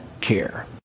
care